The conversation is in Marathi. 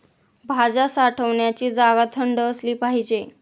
भाज्या साठवण्याची जागा थंड असली पाहिजे